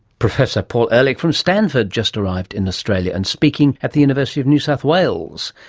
professor paul ehrlich from stanford, just arrived in australia, and speaking at the university of new south wales.